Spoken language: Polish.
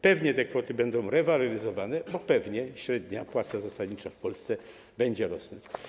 Pewnie te kwoty będą rewaloryzowane, bo pewnie średnia płaca zasadnicza w Polsce będzie rosnąć.